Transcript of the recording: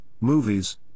movies